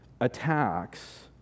attacks